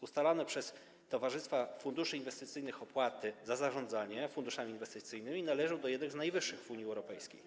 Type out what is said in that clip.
Ustalane przez towarzystwa funduszy inwestycyjnych opłaty za zarządzanie funduszami inwestycyjnymi należą do jednych z najwyższych w Unii Europejskiej.